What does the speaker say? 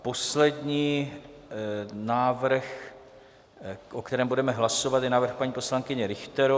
Poslední návrh, o kterém budeme hlasovat, je návrh paní poslankyně Richterové.